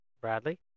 Bradley